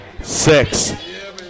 six